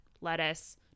lettuce